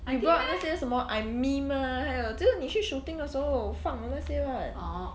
you brought 那些什么 ime~ ah 还有就是你去 shooting 的时候放那些 [what]